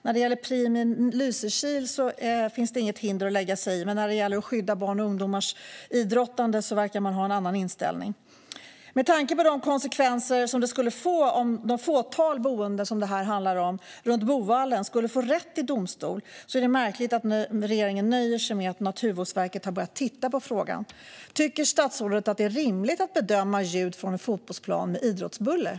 När det gäller Preem i Lysekil finns det inga hinder för att lägga sig i, men när det gäller att skydda barns och ungdomars idrottande verkar man ha en annan inställning. Med tanke på de konsekvenser som det skulle få om det fåtal boende runt Boovallen som detta handlar om skulle få rätt i domstol är det märkligt att regeringen nöjer sig med att Naturvårdsverket har börjat att titta på frågan. Tycker statsrådet att det är rimligt att bedöma ljud från en fotbollsplan som idrottsbuller?